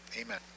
Amen